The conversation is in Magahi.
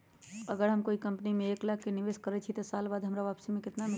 अगर हम कोई कंपनी में एक लाख के निवेस करईछी त एक साल बाद हमरा वापसी में केतना मिली?